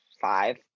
five